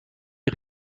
die